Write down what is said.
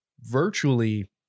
virtually